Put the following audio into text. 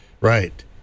Right